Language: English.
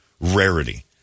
rarity